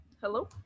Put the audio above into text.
Hello